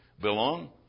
belong